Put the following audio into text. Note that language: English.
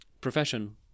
profession